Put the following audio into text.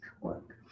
work